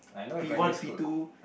P one P two